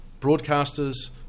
Broadcasters